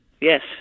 yes